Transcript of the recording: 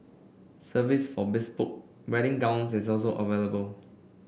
service for bespoke wedding gowns is also available